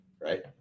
right